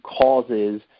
causes